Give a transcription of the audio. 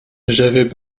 j’avais